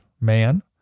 man